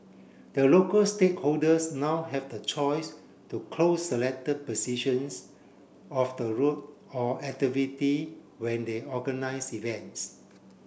the local stakeholders now have the choice to close selected positions of the road for activity when they organise events